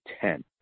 Ten